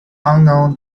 unknown